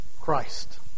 Christ